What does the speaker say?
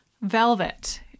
velvet